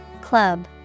Club